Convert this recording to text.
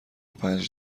پنج